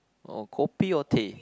or kopi or teh